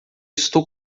estou